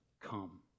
come